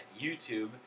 YouTube